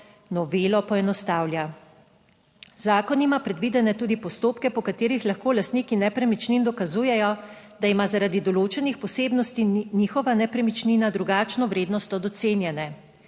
novelo poenostavlja. Zakon ima predvidene tudi postopke, po katerih lahko lastniki nepremičnin dokazujejo, da ima zaradi določenih posebnosti njihova nepremičnina drugačno vrednost od ocenjene.